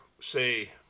say